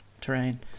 terrain